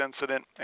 incident